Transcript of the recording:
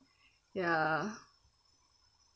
ya